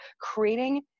creating